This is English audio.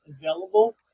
available